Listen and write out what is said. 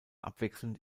abwechselnd